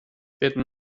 werden